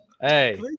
Hey